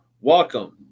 welcome